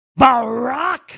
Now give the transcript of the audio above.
Barack